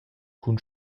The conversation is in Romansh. cun